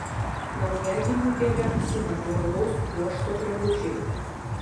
naujagimiui geriausi natūralaus pluošto drabužiai